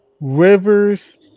Rivers